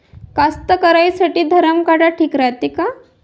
कास्तकाराइसाठी धरम काटा ठीक रायते का?